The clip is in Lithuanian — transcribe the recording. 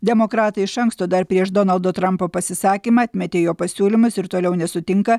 demokratai iš anksto dar prieš donaldo trampo pasisakymą atmetė jo pasiūlymus ir toliau nesutinka